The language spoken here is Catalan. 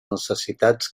necessitats